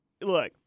Look